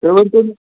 تُہۍ ؤنۍتو مےٚ